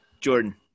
Jordan